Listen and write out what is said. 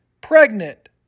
pregnant